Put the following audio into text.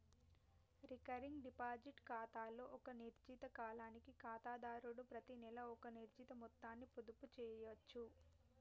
recurring deposit ఖాతాలో ఒక నిర్ణీత కాలానికి ఖాతాదారుడు ప్రతినెలా ఒక నిర్ణీత మొత్తాన్ని పొదుపు చేయచ్చు